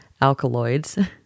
alkaloids